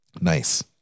nice